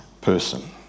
person